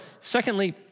secondly